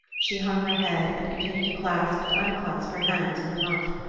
she hung her head and continued to clasp and unclasp her hands in her muff.